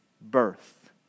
birth